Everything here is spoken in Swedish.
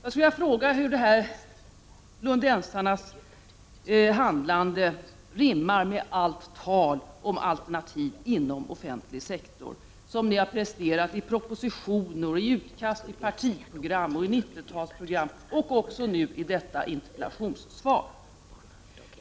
Hur rimmar lundensarnas handlande med allt tal om alternativ inom of fentlig sektor som ni presterat i propositioner, i utkast till partiprogram och 90-talsprogram och nu i detta interpellationssvar?